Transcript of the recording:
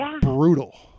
brutal